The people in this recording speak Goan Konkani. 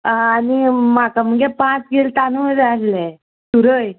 आं आनी म्हाका मगे पांच कील तांदूळ जाय आसले सुरय